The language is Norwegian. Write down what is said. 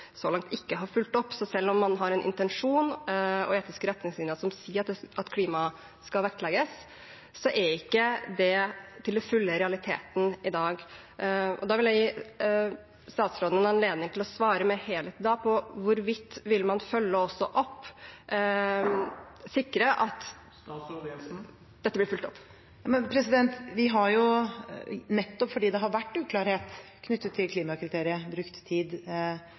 så langt ikke har fulgt opp. Så selv om man har en intensjon og etiske retningslinjer som sier at klima skal vektlegges, er ikke det til fulle realiteten i dag. Da vil jeg gi statsråden anledning til å svare mer helhetlig på hvorvidt man vil sikre at dette blir fulgt opp. Vi har jo, nettopp fordi det har vært uklarhet knyttet til klimakriterier, brukt tid